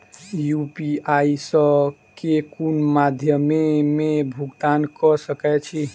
UPI सऽ केँ कुन मध्यमे मे भुगतान कऽ सकय छी?